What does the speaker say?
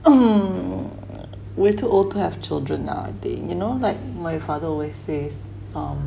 um we're too old to have children ah they you know like my father where says um